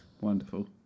Wonderful